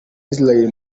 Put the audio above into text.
israel